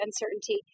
uncertainty